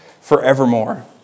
forevermore